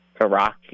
Iraq